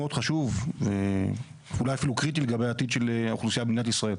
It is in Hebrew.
מאוד חשוב ואולי אפילו קריטי לעתיד של האוכלוסייה במדינת ישראל.